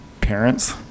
parents